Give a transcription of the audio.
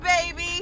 baby